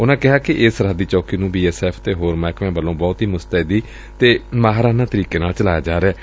ਉਨਾਂ ਕਿਹਾ ਕਿ ਇਸ ਸਰੱਹਦੀ ਚੌਕੀ ਨੂੰ ਬੀ ਐਸ ਐਫ਼ ਅਤੇ ਹੋਰ ਮਹਿਕਮਿਆਂ ਵੱਲੋਂ ਬਹੁਤ ਹੀ ਮੁਸਤੈਦੀ ਅਤੇ ਮਾਹਿਰਾਨਾ ਤਰੀਕੇ ਨਾਲ ਚਲਾਇਆ ਜਾ ਰਿਹੈ